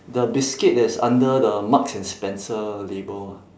the biscuit that is under the marks and spencer label